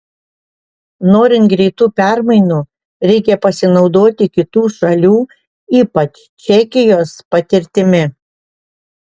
norint greitų permainų reikia pasinaudoti kitų šalių ypač čekijos patirtimi